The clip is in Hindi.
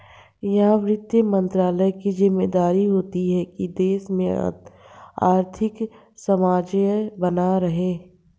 यह वित्त मंत्रालय की ज़िम्मेदारी होती है की देश में आर्थिक सामंजस्य बना रहे